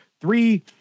three